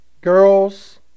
girls